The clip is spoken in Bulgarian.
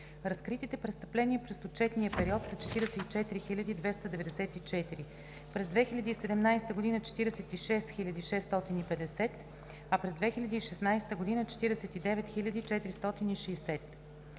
Разкритите престъпления през отчетния период са 44 294, през 2017 г. – 46 650, а през 2016 г. – 49 460.